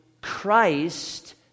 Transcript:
Christ